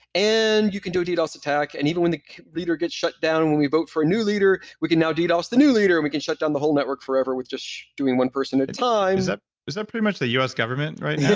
and you can do a ddos attack and even when the leader gets shut down, when we vote for a new leader, we can now ddos the new leader and we can shut down the whole network forever with just doing one person at a time is that is that pretty much the us government right yeah